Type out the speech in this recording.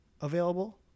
available